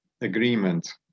agreement